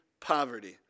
poverty